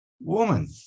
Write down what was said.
Woman